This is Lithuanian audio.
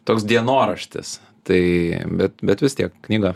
toks dienoraštis tai bet bet vis tiek knyga